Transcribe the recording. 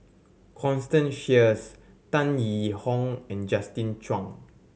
Constance Sheares Tan Yee Hong and Justin Zhuang